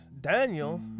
Daniel